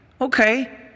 okay